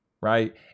right